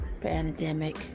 pandemic